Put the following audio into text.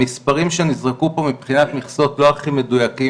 המספרים שנזרקו פה מבחינת מכסות לא הכי מדויקים,